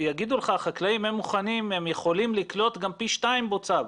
יגידו לך החקלאים שהם מוכנים ויכולים לקלוט גם פי שתיים בוצה,